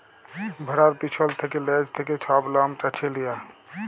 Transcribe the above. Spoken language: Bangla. ভেড়ার পিছল থ্যাকে লেজ থ্যাকে ছব লম চাঁছে লিয়া